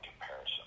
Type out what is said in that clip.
comparison